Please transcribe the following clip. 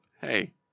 Hey